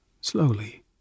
slowly